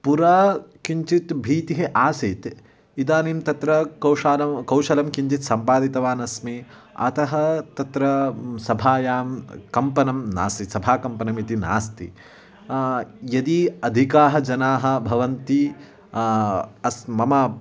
पुरा किञ्चित् भीतिः आसीत् इदानीं तत्र कौशलं कौशलं किञ्चित् सम्पादितवान् अस्मि अतः तत्र सभायां कम्पनं नासीत् सभाकम्पनमिति नास्ति यदि अधिकाः जनाः भवन्ति अस्मि मम